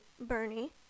Bernie